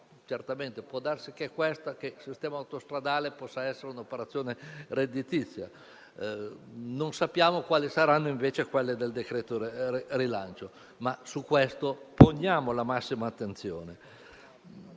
redditizie. Può darsi che il sistema autostradale possa essere un'operazione redditizia. Non sappiamo quali saranno, invece, quelle del decreto rilancio, ma su questo poniamo la massima attenzione.